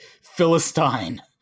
philistine